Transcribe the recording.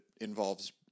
involves